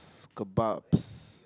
kebabs